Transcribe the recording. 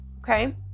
Okay